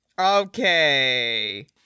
Okay